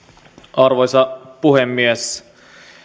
arvoisa puhemies